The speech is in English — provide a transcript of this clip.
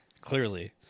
Clearly